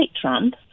Trump